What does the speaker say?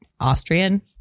Austrian